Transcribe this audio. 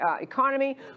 economy